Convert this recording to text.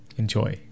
enjoy।